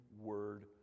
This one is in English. word